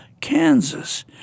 Kansas